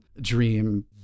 dream